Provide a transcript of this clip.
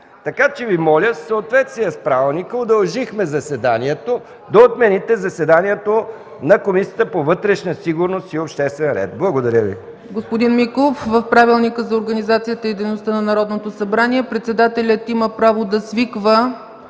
за службите. В съответствие с правилника удължихме заседанието и Ви моля да отмените заседанието на Комисията по вътрешна сигурност и обществен ред. Благодаря Ви.